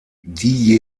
die